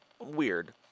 weird